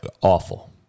awful